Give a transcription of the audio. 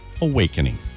awakening